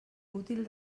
útil